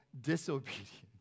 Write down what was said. disobedience